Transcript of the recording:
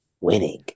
Winning